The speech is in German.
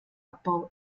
abbau